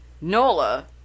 Nola